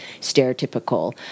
stereotypical